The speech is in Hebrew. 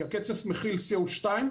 הקצף מכיל C02,